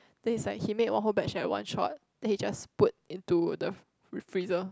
then is like he make one whole batch like one shot then he just put in to the freezer